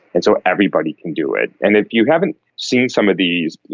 and so everybody can do it. and if you haven't seen some of these,